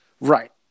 Right